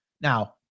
Now